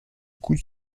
coût